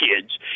kids